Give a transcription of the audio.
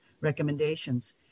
recommendations